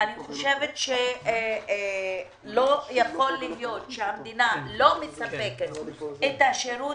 אני חושבת שלא יכול להיות שהמדינה לא מספקת את השירות